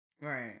Right